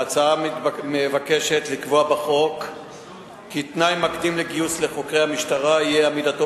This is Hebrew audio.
ההצעה מבקשת לקבוע בחוק כי תנאי מקדים לגיוס חוקר למשטרה יהיה עמידתו